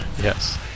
Yes